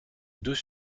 deux